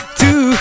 two